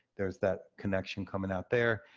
there's that connection coming out there.